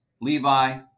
Levi